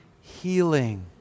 healing